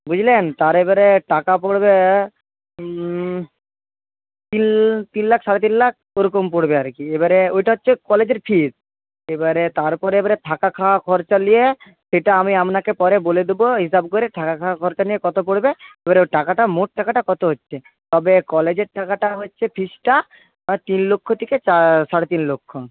বুঝলেন তার এবারে টাকা পড়বে তিন তিন লাখ সাড়ে তিন লাখ ওরকম পড়বে আর কি এবারে ওইটা হচ্ছে কলেজের ফিজ এবারে তারপরে এবারে থাকা খাওয়া খরচা লিয়ে সেটা আমি আপনাকে পরে বলে দেবো হিসাব করে থাকা খাওয়া খরচা নিয়ে কত পড়বে এবারে টাকাটা মোট টাকাটা কত হচ্ছে তবে কলেজের টাকাটা হচ্ছে ফিজটা তিন লক্ষ থেকে চার সাড়ে তিন লক্ষ